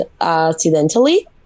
accidentally